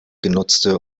genutzte